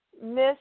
Miss